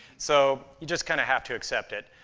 so you just kind of have to accept it.